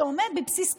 שעומד בבסיס קיומנו.